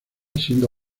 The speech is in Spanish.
siendo